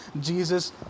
Jesus